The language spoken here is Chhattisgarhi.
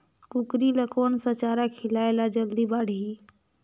कूकरी ल कोन सा चारा खिलाय ल जल्दी बाड़ही?